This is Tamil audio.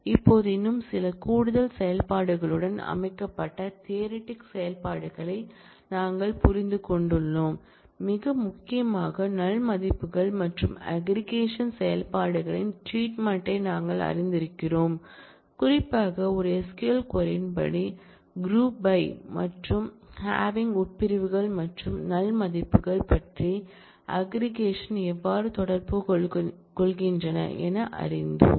இப்போது இன்னும் சில கூடுதல் செயல்பாடுகளுடன் அமைக்கப்பட்ட தியரிட்டிக் செயல்பாடுகளை நாங்கள் புரிந்துகொண்டுள்ளோம் மிக முக்கியமாக நல் மதிப்புகள் மற்றும் அக்ரிகேஷன் செயல்பாடுகளின் ட்ரீட்மெண்ட் யை நாங்கள் நன்கு அறிந்திருக்கிறோம் குறிப்பாக ஒரு SQL க்வரி ன் படி க்ரூப் பை மற்றும் ஹேவிங் உட்பிரிவுகள் மற்றும் நல் மதிப்புகள் மற்றும் அக்ரிகேஷன் எவ்வாறு தொடர்பு கொள்கின்றன என அறிந்தோம்